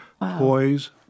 toys